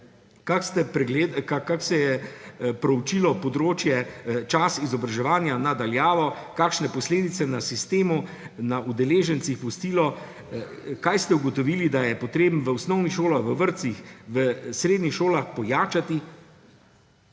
kako se je proučilo področje časa izobraževanja na daljavo, kakšne posledice na sistemu, na udeležencih je pustilo, kaj ste ugotovili, da je potrebno v osnovnih šolah, v vrtcih, v srednjih šolah pojačati,